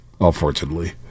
Unfortunately